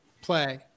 play